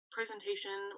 presentation